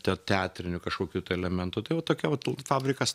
teatrinių kažkokių tai elementų tai va tokia fabrikas